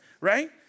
right